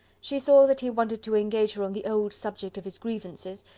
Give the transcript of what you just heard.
she saw that he wanted to engage her on the old subject of his grievances,